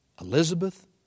Elizabeth